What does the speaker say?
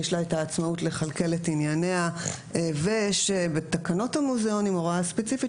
יש לה את האמצעות לקלקל את ענייניה ושבתקנות המוזיאונים עם הוראה ספציפית